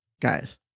guys